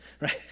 right